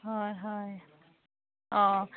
হয় হয় অঁ